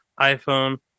iphone